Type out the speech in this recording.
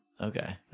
Okay